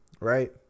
right